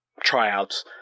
tryouts